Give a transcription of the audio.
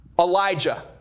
Elijah